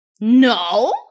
No